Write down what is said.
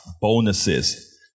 bonuses